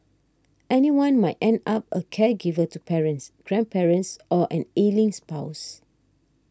anyone might end up a caregiver to parents grandparents or an ailing spouse